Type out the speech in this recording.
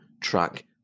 track